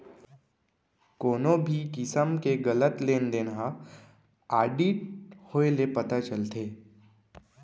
कोनो भी किसम के गलत लेन देन ह आडिट होए ले पता चलथे